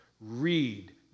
Read